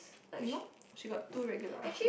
(mm nor) she got two regular artist